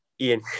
Ian